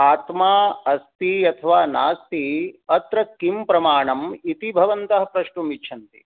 आत्मा अस्ति अथवा नास्ति अत्र किं प्रमाणम् इति भवन्तः प्रष्टुमिच्छन्ति